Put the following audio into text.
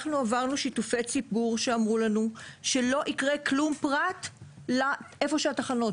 אנחנו עברנו שיתופי ציבור שאמרו לנו שלא יקרה כלום פרט לאיפה שהתחנות.